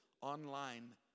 online